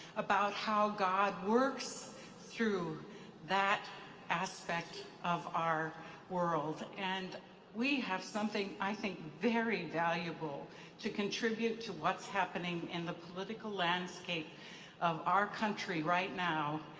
about how god works through that aspect of our world. and we have something i think very valuable to contribute to what's happening in the political landscape of our country right now,